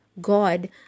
God